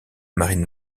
marine